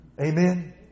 Amen